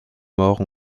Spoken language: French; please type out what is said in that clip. morts